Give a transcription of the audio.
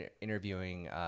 interviewing